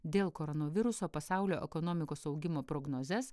dėl koronaviruso pasaulio ekonomikos augimo prognozes